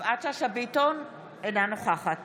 יפעת שאשא ביטון, אינה נוכחת